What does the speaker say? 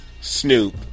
Snoop